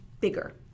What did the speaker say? bigger